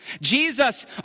Jesus